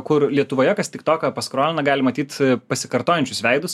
kur lietuvoje kas tik toką paskrolina gali matyt pasikartojančius veidus